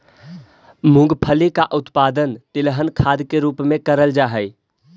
मूंगफली का उत्पादन तिलहन खाद के रूप में करेल जा हई